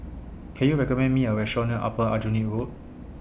Can YOU recommend Me A Restaurant near Upper Aljunied Road